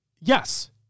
yes